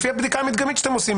לפי הבדיקה המדגמית שאתם עושים?